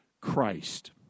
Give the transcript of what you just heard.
Christ